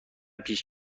پیش